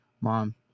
mom